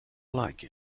like